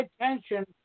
attention